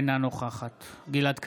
אינה נוכחת גלעד קריב,